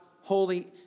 holy